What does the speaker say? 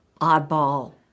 oddball